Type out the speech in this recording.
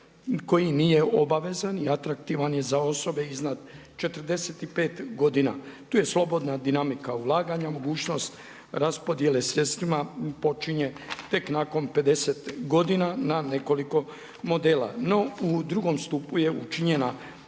koji nije obavezan i atraktivan je za osobe iznad 45 godina. Tu je slobodna dinamika ulaganja, mogućnost raspodjele sredstvima počinje tek nakon 50 godina na nekoliko modela. No u drugom stupu je učinjena